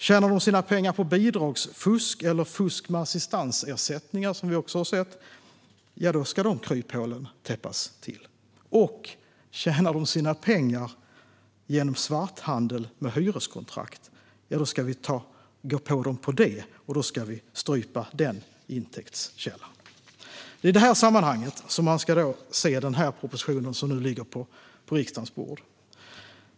Tjänar de sina pengar på bidragsfusk eller fusk med assistansersättningar, vilket vi också har sett, ska de kryphålen täppas till. Och tjänar de sina pengar genom svarthandel med hyreskontrakt ska vi gå på dem där och strypa den intäktskällan. Det är i detta sammanhang man ska se den proposition som nu ligger på riksdagens bord.